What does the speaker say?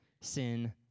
sin